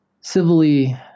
civilly